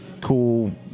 cool